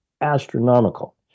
astronomical